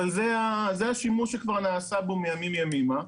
זה השימוש שכבר נעשה בו מימים ימימה,